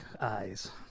Eyes